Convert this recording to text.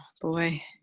boy